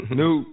new